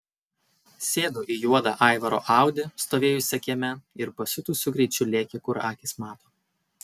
sėdo į juodą aivaro audi stovėjusią kieme ir pasiutusiu greičiu lėkė kur akys mato